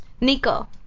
Nico